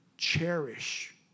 cherish